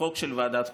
כחוק של ועדת החוקה.